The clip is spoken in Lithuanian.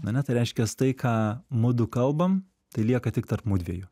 ane tai reiškias tai ką mudu kalbam tai lieka tik tarp mudviejų